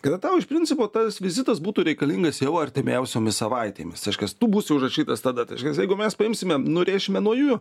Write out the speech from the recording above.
kada tau iš principo tas vizitas būtų reikalingas jau artimiausiomis savaitėmis reiškias tu būsi užrašytas tada tai reiškias jeigu mes paimsime nurėšime nuo jųjų